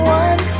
one